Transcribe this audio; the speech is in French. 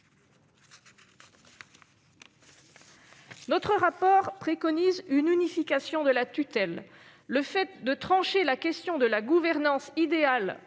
Notre rapport préconise donc une unification de la tutelle. Le fait de trancher la question de la gouvernance idéale